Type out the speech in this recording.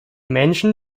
menschen